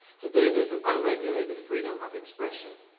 today there's an unregulated freedom of expression,